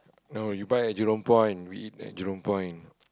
no you buy at Jurong-Point we eat at Jurong-Point